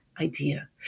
idea